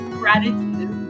gratitude